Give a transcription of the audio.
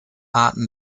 arten